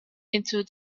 into